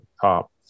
top